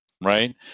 right